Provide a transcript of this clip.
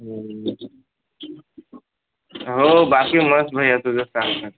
हो बाकी मस्त भैय्या तुझं सांग